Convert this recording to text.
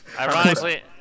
Ironically